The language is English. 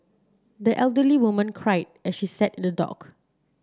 the elderly woman cried as she sat in the dock